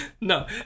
No